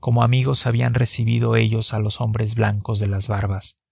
como amigos habían recibido ellos a los hombres blancos de las barbas